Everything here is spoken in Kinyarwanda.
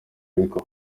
ariko